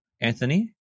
Anthony